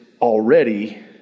already